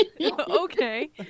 okay